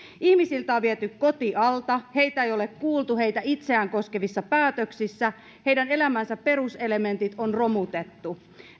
ihmisiltä on viety koti alta heitä ei ole kuultu heitä itseään koskevissa päätöksissä heidän elämänsä peruselementit on romutettu